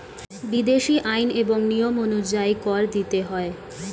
বিদেশী আইন এবং নিয়ম অনুযায়ী কর দিতে হয়